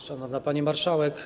Szanowna Pani Marszałek!